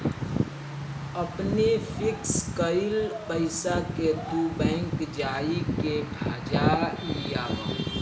अपनी फिक्स कईल पईसा के तू बैंक जाई के भजा लियावअ